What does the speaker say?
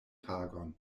tagon